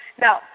Now